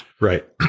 Right